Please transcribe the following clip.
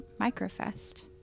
Microfest